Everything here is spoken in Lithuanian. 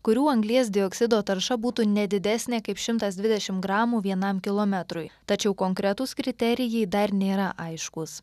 kurių anglies dioksido tarša būtų ne didesnė kaip šimtas dvidešim gramų vienam kilometrui tačiau konkretūs kriterijai dar nėra aiškus